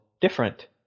different